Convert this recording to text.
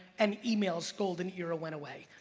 and email's golden era went away.